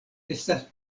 estas